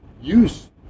use